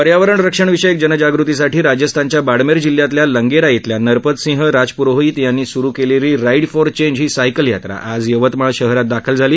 पर्यावरण रक्षणाविषयी जनजाग़तीसाठी राजस्थानच्या बाडमेर जिल्ह्यातल्या लंगेरा इथल्या नरपत सिंह राजप्रोहित यांनी सुरु केलेली राईड फॉर चेंज ही सायकल यात्रा आज यवतमाळ शहरात दाखल झाली